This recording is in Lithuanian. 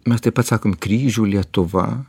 mes taip atsakom kryžių lietuva